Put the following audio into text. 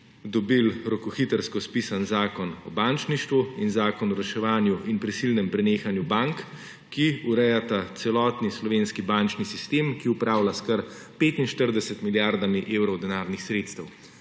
dobili rokohitrsko spisan Zakon o bančništvu in Zakon o reševanju in prisilnem prenehanju bank, ki urejata celoten slovenski bančni sistem, ki upravlja s kar 45 milijardami evrov denarnih sredstev.